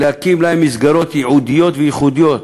להקים להם מסגרות ייעודיות וייחודיות.